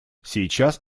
сейчас